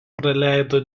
praleido